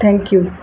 thank you